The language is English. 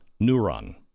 neuron